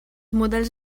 models